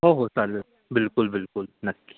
हो हो चालेल बिलकुल बिलकुल नक्की